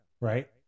Right